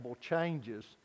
changes